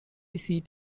seat